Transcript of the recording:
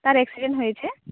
তার অ্যাক্সিডেন্ট হয়েছে